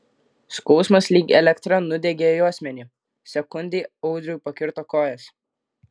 skausmas lyg elektra nudiegė juosmenį sekundei audriui pakirto kojas